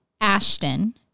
Ashton